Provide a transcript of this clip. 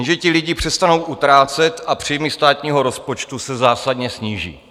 Jenže ti lidé přestanou utrácet a příjmy státního rozpočtu se zásadně sníží.